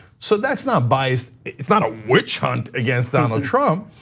so that's not bias, it's not a witch hunt against donald trump.